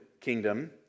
kingdom